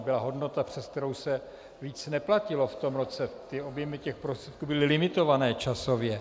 Byla hodnota, přes kterou se více neplatilo v tom roce, objemy prostředků byly limitované časově.